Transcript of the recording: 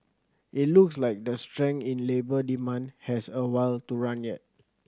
it looks like the strength in labour demand has a while to run yet